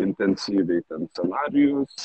intensyviai ten scenarijus